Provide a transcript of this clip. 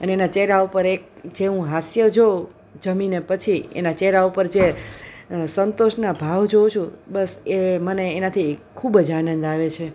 અને એના ચહેરા ઉપર એક જે હું હાસ્ય જોઉં જમીને પછી એના ચહેરા ઉપર જે સંતોષના ભાવ જોઉં છું બસ એ મને એનાથી ખૂબ જ આનંદ આવે છે